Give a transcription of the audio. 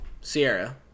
Sierra